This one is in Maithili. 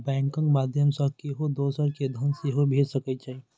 बैंकक माध्यय सं केओ दोसर कें धन सेहो भेज सकै छै